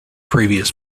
previous